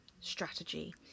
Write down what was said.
strategy